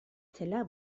zela